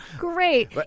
Great